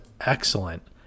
excellent